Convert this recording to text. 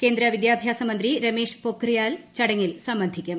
കേന്ദ്ര വിദ്യാഭ്യാസ മന്ത്രി രമേശ് പൊഖ്രിയാൽ ചടങ്ങിൽ സംബന്ധിക്കും